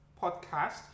podcast